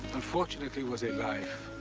unfortunately, was a life